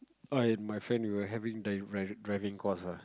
I and my friend we were having driving course ah